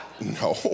no